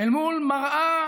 אל מול מראה